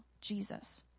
Jesus